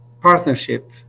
partnership